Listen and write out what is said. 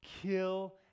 kill